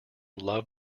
love